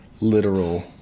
literal